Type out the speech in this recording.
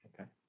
Okay